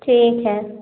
ठीक है